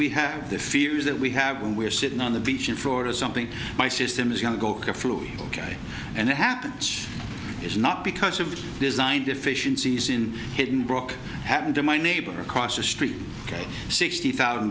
we have the fears that we have when we're sitting on the beach in florida something my system is going to go through ok and it happens it's not because of design deficiencies in hidden brooke happened to my neighbor across the street ok sixty thousand